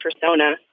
persona